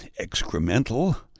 excremental